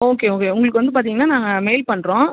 okay okay உங்களுக்கு வந்து பார்த்திங்கன்னா நாங்கள் மெயில் பண்ணுறோம்